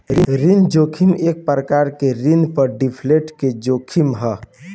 ऋण जोखिम एक प्रकार के ऋण पर डिफॉल्ट के जोखिम ह